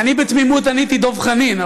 ואני בתמימות עניתי: דב חנין,